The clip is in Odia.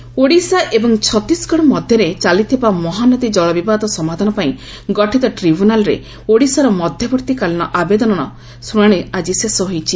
ଟ୍ରିବ୍ୟୁନାଲ୍ ଓଡ଼ିଶା ଏବଂ ଛତିଶଗଡ଼ ମଧ୍ୟରେ ଚାଲିଥିବା ମହାନଦୀ ଜଳ ବିବାଦ ସମାଧାନ ପାଇଁ ଗଠିତ ଟିବ୍ୟୁନାଲ୍ରେ ଓଡ଼ିଶାର ମଧ୍ୟବର୍ଭୀକାଳୀନ ଆବେଦନର ଶୁଶାଶି ଆଜି ଶେଷ ହୋଇଛି